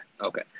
Okay